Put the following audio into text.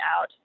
out